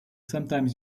sometimes